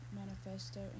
manifesto